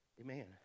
Amen